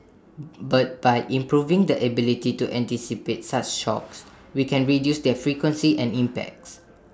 but by improving the ability to anticipate such shocks we can reduce their frequency and impacts